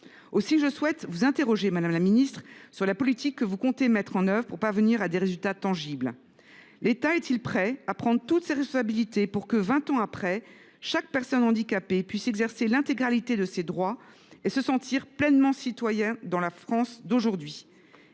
– trop lointain ! Madame la ministre, quelle politique comptez vous mettre en œuvre pour parvenir à des résultats tangibles ? L’État est il prêt à prendre toutes ses responsabilités pour que, vingt ans après, chaque personne handicapée puisse exercer l’intégralité de ses droits et se sentir pleinement citoyenne dans la France d’aujourd’hui